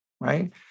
right